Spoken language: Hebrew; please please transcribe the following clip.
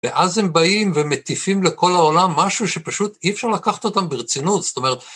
ואז הם באים ומטיפים לכל העולם משהו שפשוט אי אפשר לקחת אותם ברצינות, זאת אומרת...